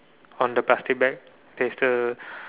on the plastic bag there's the